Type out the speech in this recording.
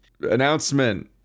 announcement